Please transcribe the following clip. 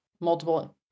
multiple